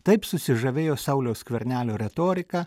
taip susižavėjo sauliaus skvernelio retorika